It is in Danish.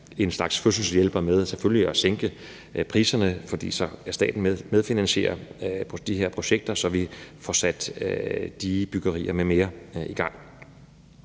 en slags fødselshjælper, selvfølgelig ved at sænke priserne, fordi staten medfinansierer de her projekter, så vi får sat de byggerier m.m. i gang.